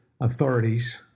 authorities